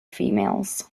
females